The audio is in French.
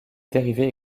dérivée